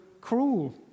cruel